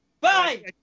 Bye